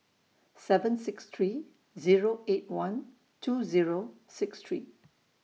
seven six three Zero eight one two Zero six three